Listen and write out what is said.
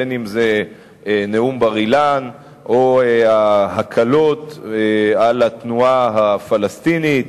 בין אם זה נאום בר-אילן או ההקלות על התנועה הפלסטינית,